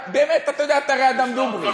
עכשיו, באמת, אתה יודע, אתה הרי אדם דוגרי.